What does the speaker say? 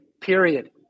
Period